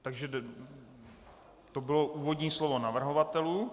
Takže to bylo úvodní slovo navrhovatelů.